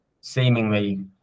seemingly